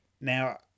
now